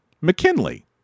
McKinley